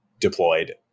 deployed